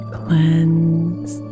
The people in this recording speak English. cleanse